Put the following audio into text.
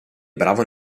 bravo